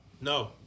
No